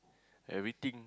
everything